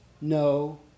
no